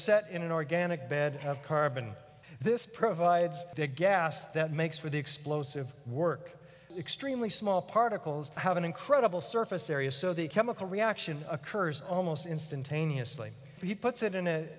set in an organic bed of carbon this provides big gas that makes for the explosive work extremely small particles have an incredible surface area so the chemical reaction occurs almost instantaneously he puts it in